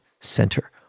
Center